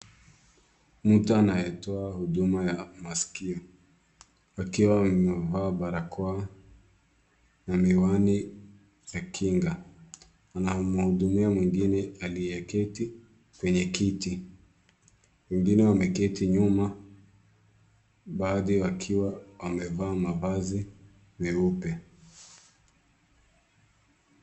Mtu anayetoa huduma ya masikio, akiwa amevaa barakoa na miwani ya kinga. Anamhudumia mwingine aliyeketi kwenye kiti, wengine wameketi nyuma, baadhi wakiwa wamevaa mavazi meupe.